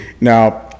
Now